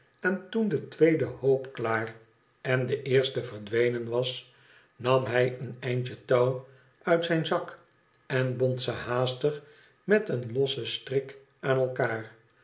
en toen de tweede hoop klaar en de eerste verdwenen was nam hij een eindje touw uit zijn zak en bond ze haastig met een lossen strik aan elkaar